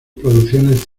producciones